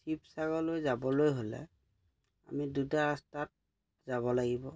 শিৱসাগৰলৈ যাবলৈ হ'লে আমি দুটা ৰাস্তাত যাব লাগিব